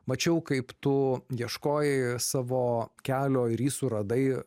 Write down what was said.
mačiau kaip tu ieškojai savo kelio ir jį suradai